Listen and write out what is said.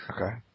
Okay